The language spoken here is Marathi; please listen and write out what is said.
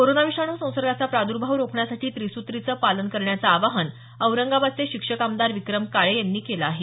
कोरोना विषाणू संसर्गाचा प्रादुर्भाव रोखण्यासाठी त्रिसूत्रीचं पालन करण्याचं आवाहन औरंगाबादचे शिक्षक आमदार विक्रम काळे यांनी केलं आहे